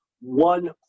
one